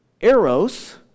Eros